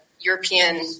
European